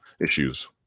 issues